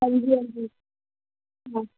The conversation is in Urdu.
ہاں جی ہاں جی ہاں